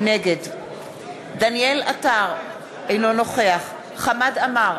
נגד דניאל עטר, אינו נוכח חמד עמאר,